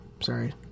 Sorry